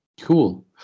cool